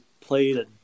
played